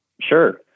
Sure